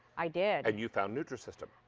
i did. and you found nutrisystem.